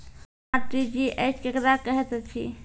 RTGS केकरा कहैत अछि?